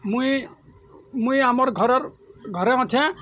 ମୁଇଁ ମୁଇଁ ଆମର୍ ଘରେ ଅଛେଁ